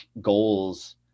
goals